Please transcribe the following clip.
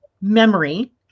memory